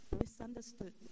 misunderstood